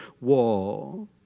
wall